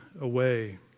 away